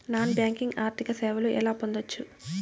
Non banking ఆర్థిక సేవలు ఎలా పొందొచ్చు?